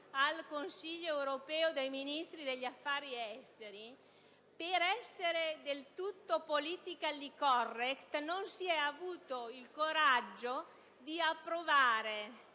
al Consiglio europeo dei Ministri degli affari esteri, per essere del tutto *politically* *correct*, non si è avuto il coraggio di approvare